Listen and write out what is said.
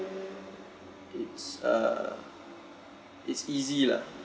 it's uh it's easy lah